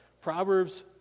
proverbs